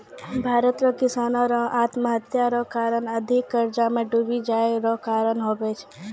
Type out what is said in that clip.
भारत रो किसानो रो आत्महत्या रो कारण अधिक कर्जा मे डुबी जाय रो कारण हुवै छै